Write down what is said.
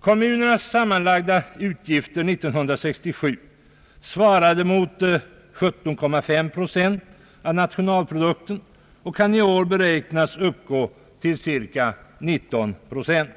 Kommunernas sammanlagda utgifter år 1967 svarade mot 17,5 procent av nationalprodukten och kan i år beräknas uppgå till cirka 19 procent.